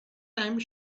time